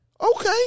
okay